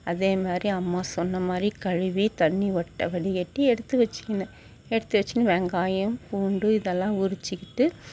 அதேமாதிரி அம்மா சொன்னமாதிரி கழுவி தண்ணிர் ஒட்ட வடிகட்டி எடுத்து வச்சுக்கின எடுத்து வச்சுக்கினு வெங்காயம் பூண்டு இதெல்லாம் உரித்துக்கிட்டு